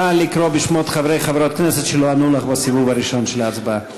נא לקרוא בשמות חברי וחברות הכנסת שלא ענו לך בסיבוב הראשון של ההצבעה.